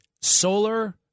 solar